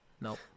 Nope